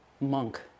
monk